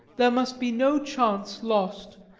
there must be no chance lost,